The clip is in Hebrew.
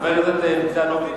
חבר הכנסת ניצן הורוביץ,